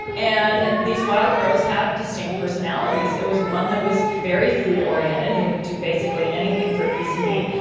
and these wild crows have distinct personalities. there was one that was very food oriented and would do basically anything for a piece of meat.